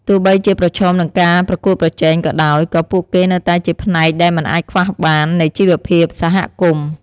ទោះបីជាប្រឈមនឹងការប្រកួតប្រជែងក៏ដោយ ក៏ពួកគេនៅតែជាផ្នែកដែលមិនអាចខ្វះបាននៃជីវភាពសហគមន៍។